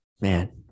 man